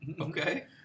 Okay